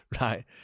Right